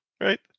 Right